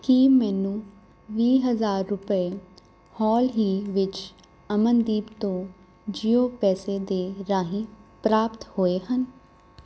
ਕੀ ਮੈਨੂੰ ਵੀਹ ਹਜ਼ਾਰ ਰੁਪਏ ਹਾਲ ਹੀ ਵਿੱਚ ਅਮਨਦੀਪ ਤੋਂ ਜੀਓ ਪੈਸਾ ਦੇ ਰਾਹੀਂ ਪ੍ਰਾਪਤ ਹੋਏ ਹਨ